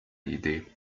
idee